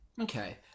Okay